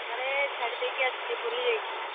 ଘରେ ଛାଡ଼ି ଦେଇକି ଆସିଛି ଭୁଲିଯାଇଛି